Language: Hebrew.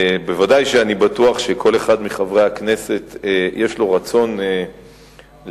ודאי שאני בטוח שכל אחד מחברי הכנסת יש לו רצון להביע